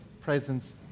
presence